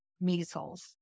measles